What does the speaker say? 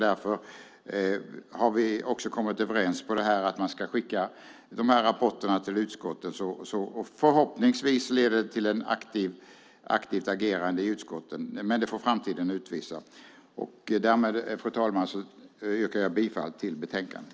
Därför har vi också kommit överens om att skicka rapporterna till utskotten. Förhoppningsvis leder det till ett aktivt agerande i utskotten, men det får framtiden utvisa. Fru talman! Jag yrkar bifall till förslaget i betänkandet.